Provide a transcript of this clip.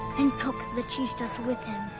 and took the cheese touch with him.